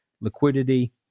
liquidity